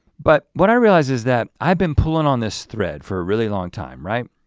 but what i realize is that i've been pulling on this thread for a really long time, right?